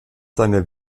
seiner